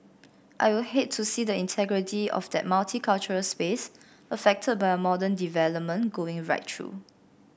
I will hate to see the integrity of that multicultural space affected by a modern development going right through